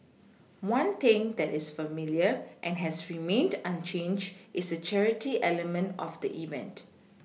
one thing that is familiar and has remained unchanged is the charity element of the event